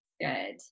good